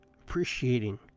appreciating